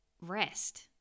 Rest